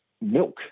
milk